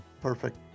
Perfect